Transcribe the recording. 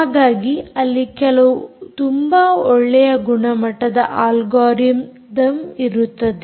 ಹಾಗಾಗಿ ಅಲ್ಲಿ ಕೆಲವು ತುಂಬಾ ಒಳ್ಳೆಯ ಗುಣಮಟ್ಟದ ಆಲ್ಗೊರಿತಮ್ ಇರುತ್ತದೆ